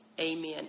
Amen